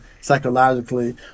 psychologically